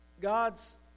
God's